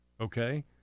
okay